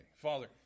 Father